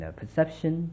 perception